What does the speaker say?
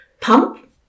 pump